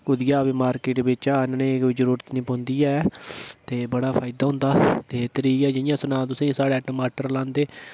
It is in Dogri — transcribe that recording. कुतूं दा बी मार्केट बिच्चा आह्नने दी कोई जरूरत निं पौंदी ऐ ते बड़ा फायदा होंदा ते त्रीया जि'यां सनांऽ तुसेंगी साढ़े टमाटर लांदे